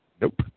Nope